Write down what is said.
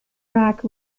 rack